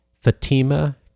Fatima